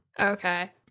Okay